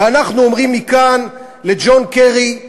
ואנחנו אומרים מכאן לג'ון קרי: